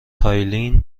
تالین